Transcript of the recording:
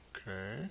Okay